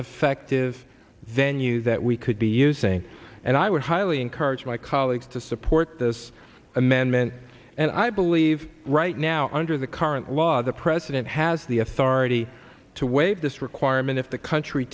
effective venue that we could be using and i would highly encourage my colleagues to support this amendment and i believe right now under the current law the president has the authority to waive this requirement if the country